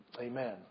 amen